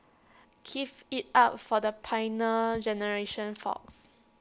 give IT up for the Pioneer Generation folks